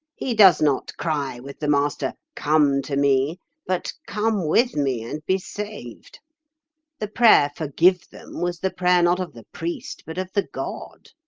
he does not cry with the master, come to me but come with me, and be saved the prayer forgive them was the prayer not of the priest, but of the god.